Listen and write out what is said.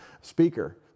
speaker